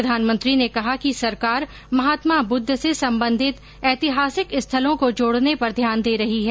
प्रधानमंत्री ने कहा कि सरकार महात्मा बुद्ध से संबंधित ऐतिहासिक स्थलों को जोडने पर ध्यान दे रही है